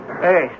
Hey